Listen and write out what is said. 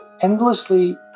endlessly